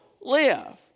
live